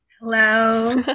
Hello